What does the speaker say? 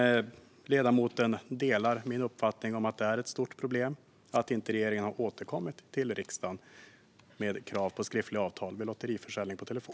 Delar ledamoten min uppfattning att det är ett stort problem att regeringen inte har återkommit till riksdagen med krav på skriftliga avtal vid lotteriförsäljning per telefon?